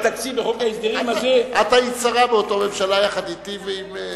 היית שרה באותה ממשלה, יחד אתי ועם סילבן.